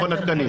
מכון התקנים.